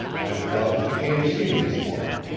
i am glad that you came to see me this morning.